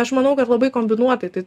aš manau kad labai kombinuotai tai